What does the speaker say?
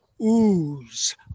ooze